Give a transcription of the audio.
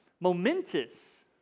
momentous